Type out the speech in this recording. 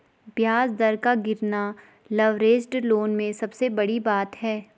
ब्याज दर का गिरना लवरेज्ड लोन में सबसे बड़ी बात है